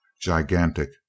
gigantic